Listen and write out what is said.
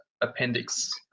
appendix